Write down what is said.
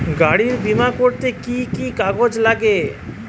গাড়ীর বিমা করতে কি কি কাগজ লাগে?